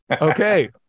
Okay